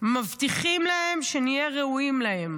מבטיחים להם שנהיה ראויים להם,